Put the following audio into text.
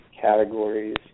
categories